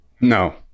No